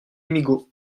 migaud